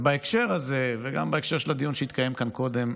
בהקשר הזה וגם בהקשר של הדיון שהתקיים כאן קודם,